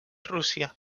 rússia